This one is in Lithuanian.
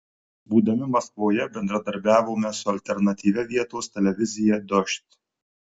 būdami maskvoje bendradarbiavome su alternatyvia vietos televizija dožd